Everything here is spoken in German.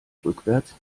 rückwärts